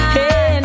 Hey